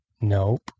Nope